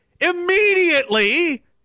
Immediately